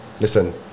Listen